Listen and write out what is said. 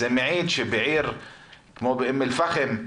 זה מעיד שבעיר כמו אום אל פאחם,